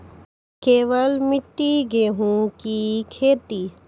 केवल मिट्टी गेहूँ की खेती?